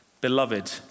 Beloved